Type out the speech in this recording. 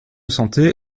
santé